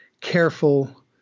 Careful